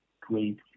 great